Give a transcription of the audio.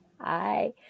Hi